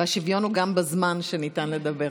השוויון הוא גם בזמן שניתן לדבר.